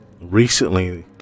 ...recently